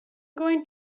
going